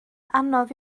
anodd